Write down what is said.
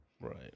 right